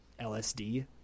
LSD